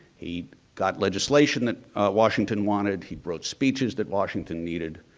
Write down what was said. he got legislation that washington wanted. he wrote speeches that washington needed.